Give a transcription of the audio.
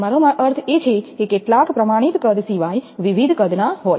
મારો અર્થ એ છે કે કેટલાક પ્રમાણિત કદ સિવાય વિવિધ કદના હોય